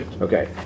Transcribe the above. Okay